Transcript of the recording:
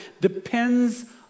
depends